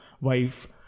wife